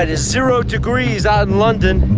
and zero degrees out in london.